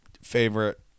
Favorite